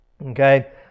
Okay